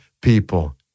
people